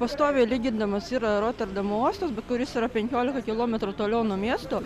pastoviai lyginamas yra roterdamo uostas bet kuris yra penkiolika kilometrų toliau nuo miesto